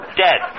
dead